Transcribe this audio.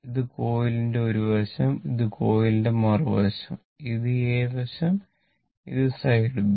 ഇത് കോയിലിന്റെ ഒരു വശം ഇത് കോയിലിന്റെ മറുവശം ഇത് A വശം ഇത് സൈഡ് B